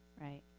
Right